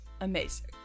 Amazing